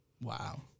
Wow